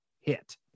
hit